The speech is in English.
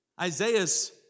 Isaiah's